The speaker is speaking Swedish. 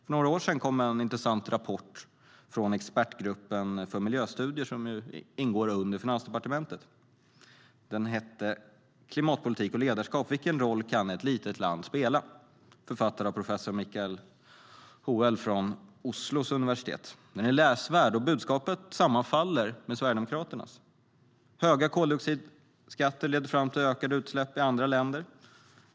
För några år sedan kom en intressant rapport från Expertgruppen för miljöstudier, som ingår i Finansdepartementet. Den hette Klimatpolitik och ledarskap - vilken roll kan ett litet land spela? Den är författad av professor Michael Hoel från Oslo universitet. Den är läsvärd, och budskapet sammanfaller med Sverigedemokraternas. Höga koldioxidskatter leder fram till ökade utsläpp i andra länder.